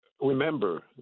Remember